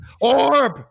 Orb